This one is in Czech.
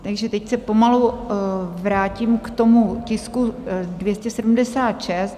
Takže teď se pomalu vrátím k tomu tisku 276.